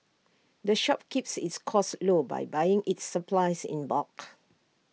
the shop keeps its costs low by buying its supplies in bulk